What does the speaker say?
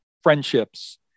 friendships